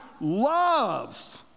loves